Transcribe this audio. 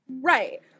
right